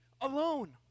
alone